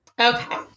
Okay